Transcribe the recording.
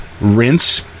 rinse